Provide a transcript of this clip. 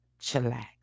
chillax